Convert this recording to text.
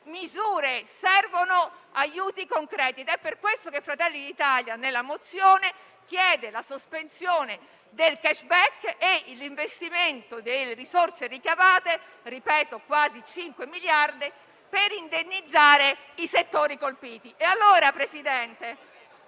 misure. Servono aiuti concreti ed è per questo che nella mozione Fratelli d'Italia chiede la sospensione del *cashback* e l'investimento delle risorse ricavate - ripeto, quasi 5 miliardi di euro - per indennizzare i settori colpiti.